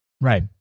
Right